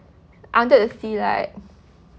I wanted to see like